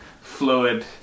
fluid